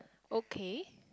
okay